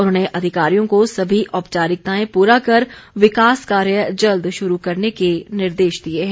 उन्होंने अधिकारियों को सभी औपचारिकताएं पूरा कर विकास कार्य जल्द शुरू करने के निर्देश दिए हैं